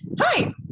Hi